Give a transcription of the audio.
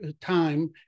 time